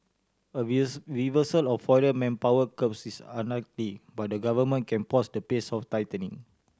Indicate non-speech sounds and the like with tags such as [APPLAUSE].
a [UNINTELLIGIBLE] reversal of foreign manpower curbs is unlikely but the Government can pause the pace of tightening